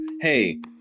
Hey